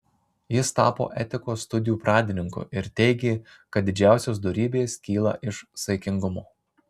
jis tapo etikos studijų pradininku ir teigė kad didžiausios dorybės kyla iš saikingumo